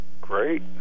Great